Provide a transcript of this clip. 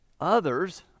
Others